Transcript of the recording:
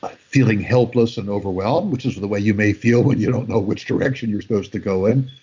ah feeling helpless and overwhelmed, which is the way you may feel when you don't know which direction you're supposed to go in.